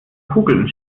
kugeln